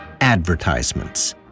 Advertisements